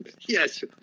Yes